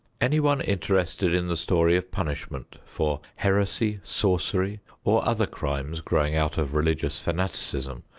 anyone interested in the story of punishment for heresy, sorcery or other crimes growing out of religious fanaticism,